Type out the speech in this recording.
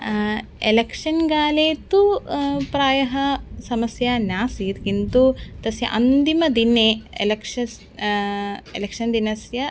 election काले तु प्रायः समस्या नासीत् किन्तु तस्य अन्तिमदिने एलेक्षस् एलेक्षन् दिनस्य